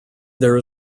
there